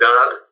God